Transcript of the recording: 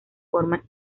forma